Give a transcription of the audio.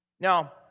Now